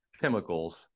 chemicals